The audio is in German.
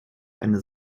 eine